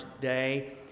day